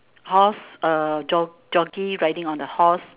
horse uh jock jockey riding on the horse